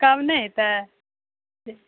किछु कम नहि हेतै